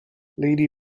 lady